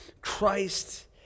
Christ